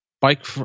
bike